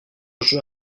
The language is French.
jeux